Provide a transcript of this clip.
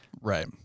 right